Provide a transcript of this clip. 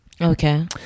Okay